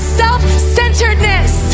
self-centeredness